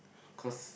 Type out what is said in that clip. cause